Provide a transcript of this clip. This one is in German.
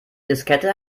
diskette